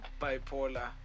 Bipolar